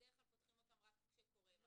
בדרך כלל פותחים אותן רק כשקורה משהו.